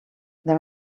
there